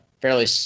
fairly